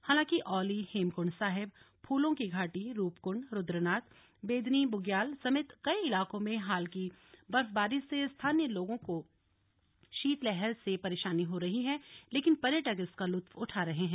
हालांकि औली हेमकुंड साहिब फूलों की घाटी रूपकुंड रुद्रनाथ बेदनी बुग्याल समेत कई इलाकों में हाल की बर्फबारी से स्थानीय लोगों को शीतलहर से परेशानी हो रही है लेकिन पर्यटक इसका लुत्फ उठा रहे हैं